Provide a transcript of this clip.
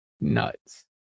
Nuts